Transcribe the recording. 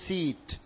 Seat